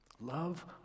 Love